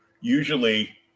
Usually